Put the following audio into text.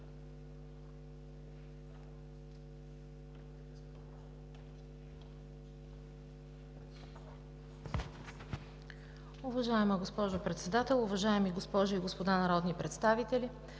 Уважаема госпожо Председател, уважаеми госпожи и господа народни представители!